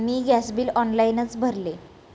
मी gas bill ऑनलाइनच भरले